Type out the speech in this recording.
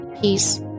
peace